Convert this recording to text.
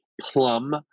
plum